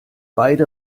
beide